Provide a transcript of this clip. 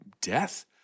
death